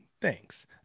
Thanks